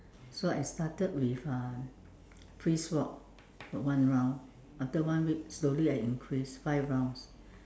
so I started with uh brisk walk for one round after one week slowly I increase five round